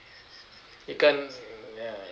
it can't mm ya